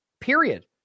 Period